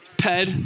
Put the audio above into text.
Ped